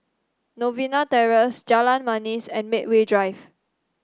Novena Terrace Jalan Manis and Medway Drive